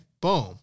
Boom